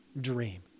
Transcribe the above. dream